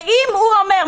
אם הוא אומר,